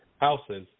houses